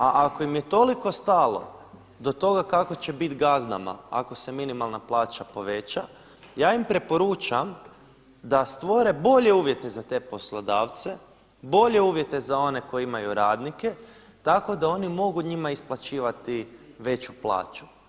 A ako im je toliko stalo do toga kako će bit gazdama ako se minimalna plaća poveća ja im preporučam da stvore bolje uvjete za te poslodavce, bolje uvjete za one koji imaju radnike tako da oni mogu njima isplaćivati veću plaću.